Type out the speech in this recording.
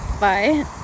bye